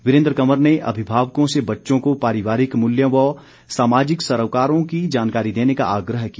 वीरेन्द्र कंवर ने अभिभावकों से बच्चों को पारिवारिक मूल्यों व सामाजिक सरोकारों की जानकारी देने का आग्रह किया